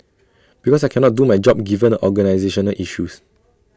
because I cannot do my job given the organisational issues